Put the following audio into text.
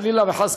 חלילה וחס,